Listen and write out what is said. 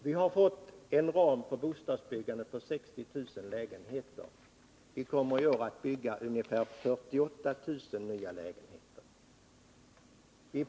Vi har fått en ram för bostadsbyggandet på 60 000 lägenheter — vi kommer i år att bygga ungefär 48000 nya lägenheter.